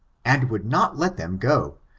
and would not let them go,